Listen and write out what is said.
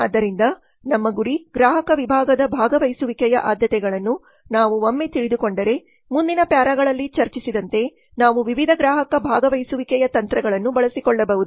ಆದ್ದರಿಂದ ನಮ್ಮ ಗುರಿ ಗ್ರಾಹಕ ವಿಭಾಗದ ಭಾಗವಹಿಸುವಿಕೆಯ ಆದ್ಯತೆಗಳನ್ನು ನಾವು ಒಮ್ಮೆ ತಿಳಿದುಕೊಂಡರೆ ಮುಂದಿನ ಪ್ಯಾರಾಗಳಲ್ಲಿ ಚರ್ಚಿಸಿದಂತೆ ನಾವು ವಿವಿಧ ಗ್ರಾಹಕ ಭಾಗವಹಿಸುವಿಕೆಯ ತಂತ್ರಗಳನ್ನು ಬಳಸಿಕೊಳ್ಳಬಹುದು